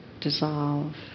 dissolve